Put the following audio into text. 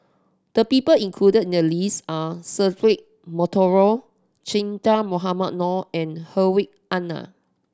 the people included in the list are Cedric Monteiro Che Dah Mohamed Noor and Hedwig Anuar